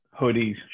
hoodies